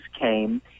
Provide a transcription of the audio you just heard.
came